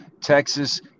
Texas